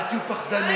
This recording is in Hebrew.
אל תהיו פחדנים,